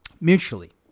mutually